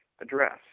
address